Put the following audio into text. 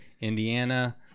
Indiana